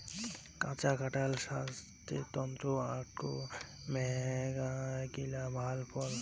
কাঁচা কাঁঠাল ছাস্থের তন্ন আকটো মেলাগিলা ভাল ফল